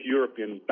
European